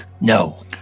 No